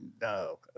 no